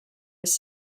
was